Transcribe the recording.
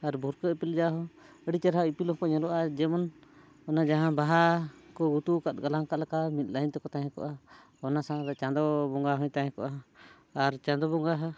ᱟᱨ ᱵᱷᱩᱨᱠᱟᱹ ᱤᱯᱤᱞ ᱡᱟ ᱟᱹᱰᱤ ᱪᱮᱦᱨᱟ ᱤᱯᱤᱞ ᱦᱚᱸᱠᱚ ᱧᱮᱞᱚᱜᱼᱟ ᱡᱮᱢᱚᱱ ᱚᱱᱟ ᱡᱟᱦᱟᱸ ᱵᱟᱦᱟ ᱜᱩᱛᱩ ᱠᱟᱜ ᱜᱟᱞᱟᱝ ᱠᱟᱜ ᱞᱮᱠᱟ ᱢᱤᱫ ᱞᱟᱭᱤᱱ ᱛᱮᱠᱚ ᱛᱟᱦᱮᱸ ᱠᱚᱜᱼᱟ ᱚᱱᱟ ᱥᱟᱶᱛᱮ ᱪᱟᱸᱫᱳ ᱵᱚᱸᱜᱟ ᱦᱚᱭ ᱛᱟᱦᱮᱸ ᱠᱚᱜᱼᱟ ᱟᱨ ᱪᱟᱸᱫᱳ ᱵᱚᱸᱜᱟ